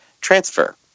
transfer